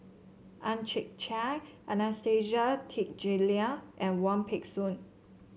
Ang Chwee Chai Anastasia Tjendri Liew and Wong Peng Soon